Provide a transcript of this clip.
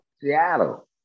Seattle